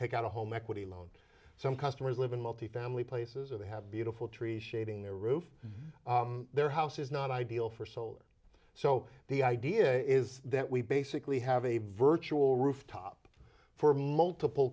take out a home equity loan some customers live in multifamily places or they have beautiful trees shading their roof their house is not ideal for solar so the idea is that we basically have a virtual rooftop for multiple